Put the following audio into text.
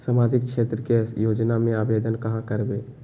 सामाजिक क्षेत्र के योजना में आवेदन कहाँ करवे?